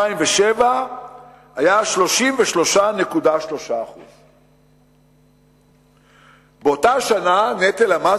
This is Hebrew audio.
ב-2007 היה 33.3%. באותה שנה נטל המס